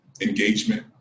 engagement